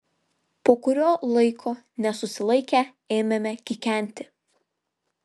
po kurio laiko nesusilaikę ėmėme kikenti